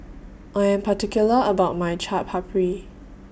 I Am particular about My Chaat Papri